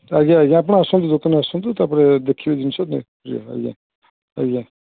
ଆଜ୍ଞା ଆଜ୍ଞା ଆପଣ ଆସନ୍ତୁ ଦୋକାନ ଆସନ୍ତୁ ତା'ପରେ ଦେଖିବେ ଜିନିଷ ଆଜ୍ଞା ଆଜ୍ଞା